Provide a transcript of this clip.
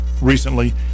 Recently